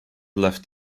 left